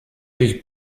durch